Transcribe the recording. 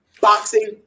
boxing